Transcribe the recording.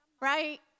right